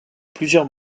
plusieurs